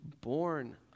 born